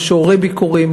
משוררי ביכורים,